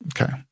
Okay